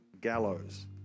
gallows